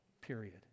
period